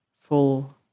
full